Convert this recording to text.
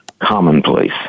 commonplace